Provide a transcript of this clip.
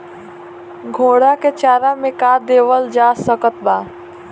घोड़ा के चारा मे का देवल जा सकत बा?